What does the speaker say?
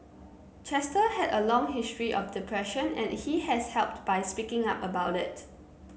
Chester had a long history of depression and he has helped by speaking up about it